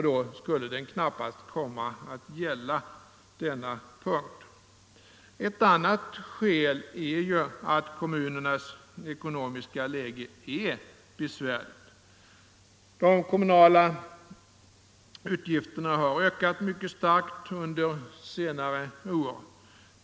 Då skulle den knappast komma att gälla denna punkt. Ett annat skäl är att kommunernas ekonomiska läge är besvärligt. De kommunala utgifterna har ökat mycket starkt under senare år.